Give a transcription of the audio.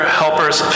helpers